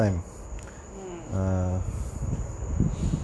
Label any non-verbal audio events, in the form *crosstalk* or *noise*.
mm *breath*